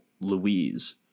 Louise